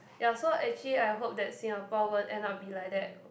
ya so actually I hope that Singapore won't end up be like that